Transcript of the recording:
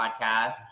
podcast